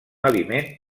aliment